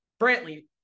Brantley